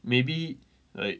maybe like